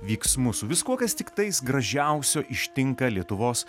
vyksmu su viskuo kas tiktais gražiausio ištinka lietuvos